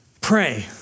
Pray